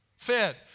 fed